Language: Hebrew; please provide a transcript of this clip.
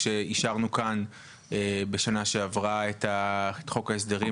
כשאישרנו כאן בשנה שעברה את חוק ההסדרים,